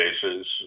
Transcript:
cases